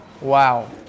Wow